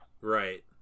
Right